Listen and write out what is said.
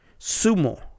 sumo